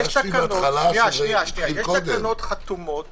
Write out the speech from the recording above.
יש תקנות חתומות